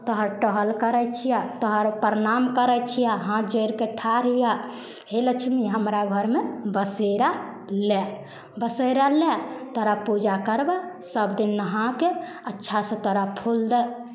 तोहर टहल करै छिअ तोहर प्रणाम करै छिअह हाथ जोड़ि कऽ ठाढ़ हिया हे लक्ष्मी हमरा घरमे बसेरा लए बसेरा लए तोहरा पूजा करबह सभदिन नहा कऽ अच्छासऽ तोरा फूल दए